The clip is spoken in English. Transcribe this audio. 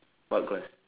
what class